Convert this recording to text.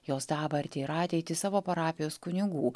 jos dabartį ir ateitį savo parapijos kunigų